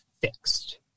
fixed